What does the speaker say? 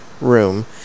room